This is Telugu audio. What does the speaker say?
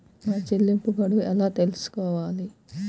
నా చెల్లింపు గడువు ఎలా తెలుసుకోవాలి?